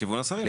לכיוון השרים.